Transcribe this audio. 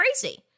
crazy